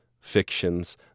fictions